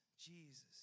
Jesus